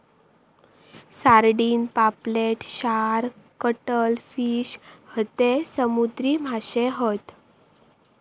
sardine, पापलेट, shark, cuttlefish हयते समुद्री माशे हत